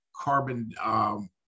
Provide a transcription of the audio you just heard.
carbon